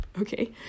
Okay